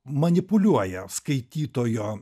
manipuliuoja skaitytojo